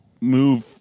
move